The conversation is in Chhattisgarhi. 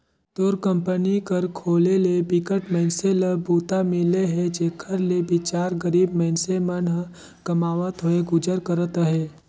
तोर कंपनी कर खोले ले बिकट मइनसे ल बूता मिले हे जेखर ले बिचार गरीब मइनसे मन ह कमावत होय गुजर करत अहे